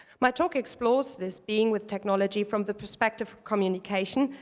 my talk explores this being with technology from the perspective of communication,